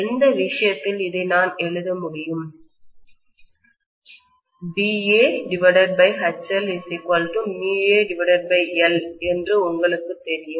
எந்த விஷயத்தில் இதை நான் எழுத முடியும் BA HLμAL என்று உங்களுக்குத் தெரியும்